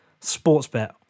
Sportsbet